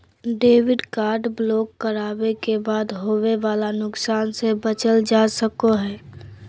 debit card block करावे के बाद होवे वाला नुकसान से बचल जा सको हय